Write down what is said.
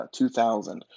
2000